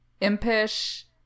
impish